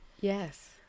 Yes